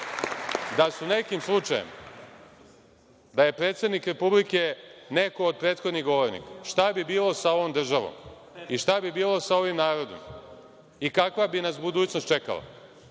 da je, nekim slučajem, predsednik Republike neko od prethodnih govornika, šta bi bilo sa ovom državom i šta bi bilo sa ovim narodom i kakva bi nas budućnost čekala.